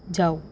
ਜਾਓ